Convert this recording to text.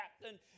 captain